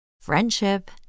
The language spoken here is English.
Friendship